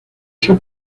esa